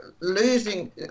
losing